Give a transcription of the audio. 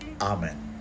Amen